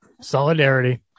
Solidarity